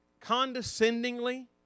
condescendingly